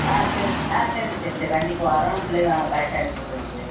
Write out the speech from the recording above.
ஆ சரி ஆ சரி டீச்சர் சரி கண்டிப்பாக வரோம் பிள்ளையும் கரெட்டாக அனுப்பி விட்றோம் டீச்சர்